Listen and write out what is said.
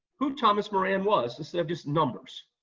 who thomas moran was instead of just numbers.